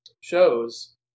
shows